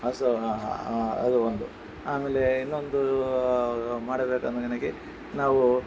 ಅದು ಒಂದು ಆಮೇಲೆ ಇನ್ನೊಂದೂ ಮಾಡಬೇಕೆಂದು ನನಗೆ ನಾವೂ